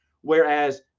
whereas